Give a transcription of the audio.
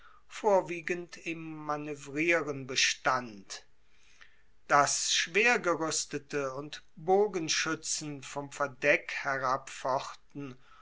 vorwiegend im manoevrieren bestand dass schwergeruestete und bogenschuetzen vom verdeck